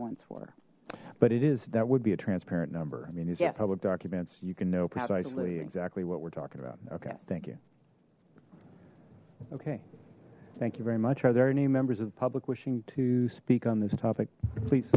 once were but it is that would be a transparent number i mean it's a public documents you can know precisely exactly what we're talking about okay thank you okay thank you very much are there any members of the public wishing to speak on this topic please